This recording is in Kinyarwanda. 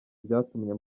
byatumye